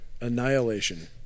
Annihilation